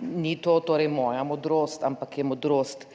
ni to torej moja modrost, ampak je modrost